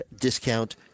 discount